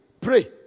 Pray